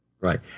Right